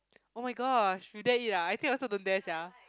oh-my-gosh you dare eat ah I think I also don't dare sia